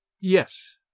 Yes